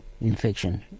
infection